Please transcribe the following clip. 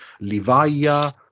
Livaya